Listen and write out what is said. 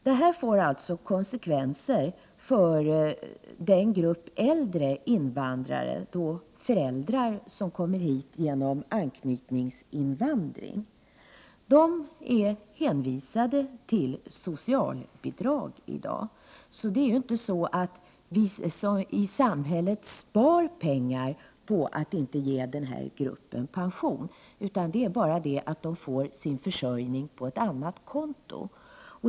Det här får alltså konsekvenser för den grupp äldre invandrare som har kommit hit genom anknytningsinvandring. De är hänvisade till socialbidrag i dag. Så samhället spar inte pengar på att inte ge den här gruppen pension, utan de får sin försörjning genom ett annat konto.